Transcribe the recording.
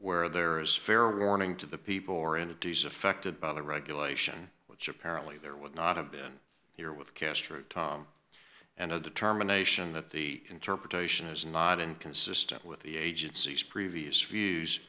where there is fair warning to the people or in a duce affected by the regulation which apparently there would not have been here with castro and a determination that the interpretation is not inconsistent with the agency's previous views